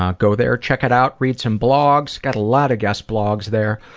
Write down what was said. um go there, check it out, read some blogs gotta a lot of guest blogs there.